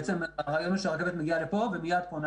הרעיון הוא שהרכבת מגיעה לפה ומיד פונה